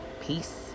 Peace